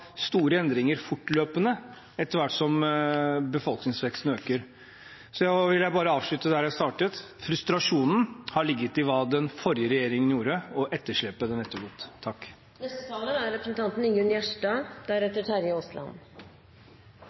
store endringer fortløpende, etter hvert som befolkningen øker. Så vil jeg bare avslutte der jeg startet: Frustrasjonen har ligget i hva den forrige regjeringen gjorde, og etterslepet den etterlot seg. Som representanten Berg frå Alta er